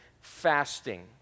fasting